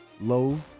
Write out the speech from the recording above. low